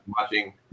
watching